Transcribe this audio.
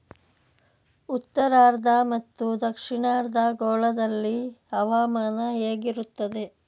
ಉತ್ತರಾರ್ಧ ಮತ್ತು ದಕ್ಷಿಣಾರ್ಧ ಗೋಳದಲ್ಲಿ ಹವಾಮಾನ ಹೇಗಿರುತ್ತದೆ?